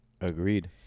agreed